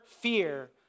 fear